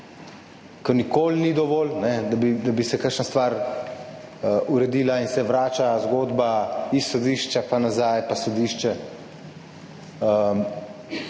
ko nikoli ni dovolj, da bi se kakšna stvar uredila in se zgodba vrača iz sodišča pa nazaj na sodišče.